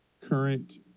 current